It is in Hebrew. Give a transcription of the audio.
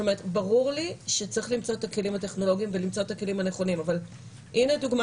ברור לי שצריך למצוא את הכלים הטכנולוגיים הנכונים אבל הנה דוגמה